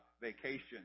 vacation